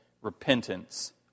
Repentance